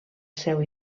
seu